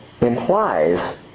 implies